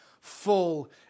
full